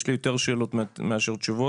לי יותר שאלות מאשר תשובות.